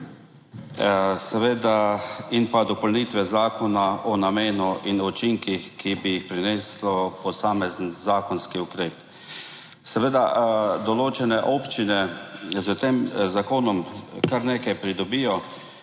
in pa dopolnitve zakona o namenu in učinkih, ki bi jih prineslo posamezen zakonski ukrep. Seveda določene občine s tem zakonom kar nekaj pridobijo,